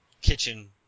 kitchen